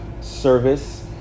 service